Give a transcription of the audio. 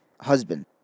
husband